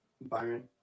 Byron